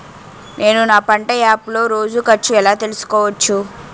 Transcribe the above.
నేను నా పంట యాప్ లో రోజు ఖర్చు ఎలా తెల్సుకోవచ్చు?